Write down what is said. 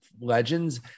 legends